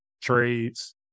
trades